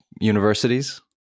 universities